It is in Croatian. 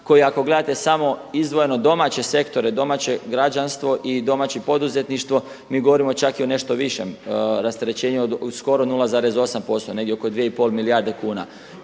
koji ako gledate samo izdvojeno domaće sektore, domaće građanstvo i domaće poduzetništvo mi govorimo čak i o nešto višem rasterećenju od skoro 0,8% negdje oko 2,5 milijarde kuna